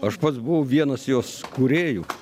aš pats buvau vienas jos kūrėjų